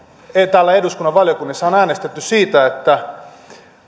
täällä eduskunnan valiokunnissa on äänestetty siitä että